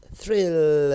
thrill